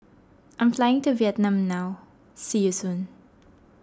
I am flying to Vietnam now see you soon